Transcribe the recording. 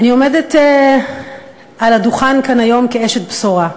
אני עומדת על הדוכן כאן היום כאשת בשורה.